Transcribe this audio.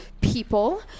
people